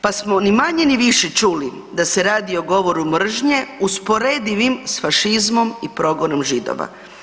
Pa smo ni manje ni više čuli da se radi o govoru mržnje usporedivim s fašizmom i progonom Židova.